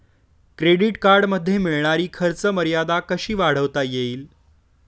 Credit कार्डमध्ये मिळणारी खर्च मर्यादा कशी वाढवता येईल?